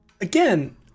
again